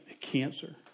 cancer